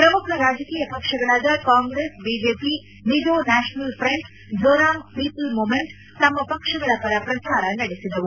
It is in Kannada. ಪ್ರಮುಖ ರಾಜಕೀಯ ಪಕ್ಷಗಳಾದ Congress BJP Mizo national front Zoram people movement ತಮ್ನ ಪಕ್ಸಗಳ ಪರ ಪ್ರಚಾರ ನಡೆಸಿದವು